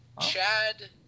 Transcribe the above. Chad